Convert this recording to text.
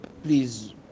Please